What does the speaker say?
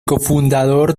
cofundador